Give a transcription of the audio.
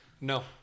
no